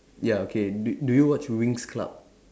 ya okay do do you watch Winx club